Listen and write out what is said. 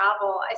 travel